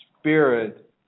spirit